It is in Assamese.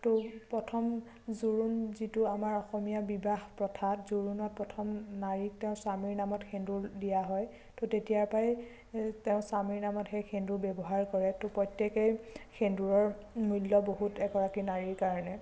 ত প্ৰথম জোৰোণ যিটো আমাৰ অসমীয়া বিবাহ প্ৰথাত জোৰোণত প্ৰথম নাৰীক তেওঁৰ স্বামীৰ নামত সেন্দুৰ দিয়া হয় ত তেতিয়াৰ পৰাই তেওঁ স্বামীৰ নামত সেই সেন্দুৰ ব্যৱহাৰ কৰে ত প্ৰত্যেকেই সেন্দুৰৰ মূল্য বহুত এগৰাকী নাৰীৰ কাৰণে